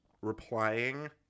replying